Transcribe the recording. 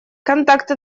контакты